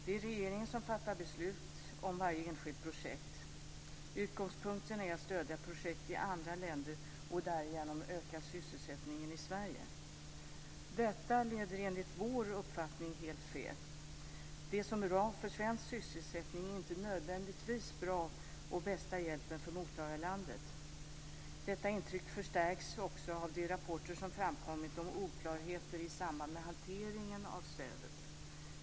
Det är regeringen som fattar beslut om varje enskilt projekt. Utgångspunkten är att stödja projekt i andra länder och därigenom öka sysselsättningen i Sverige. Detta leder enligt vår uppfattning helt fel. Det som är bra för svensk sysselsättning är inte nödvändigtvis bra och bästa hjälpen för mottagarlandet. Detta intryck förstärks också av de rapporter som framkommit om oklarheter i samband med hanteringen av stödet.